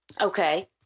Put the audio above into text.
Okay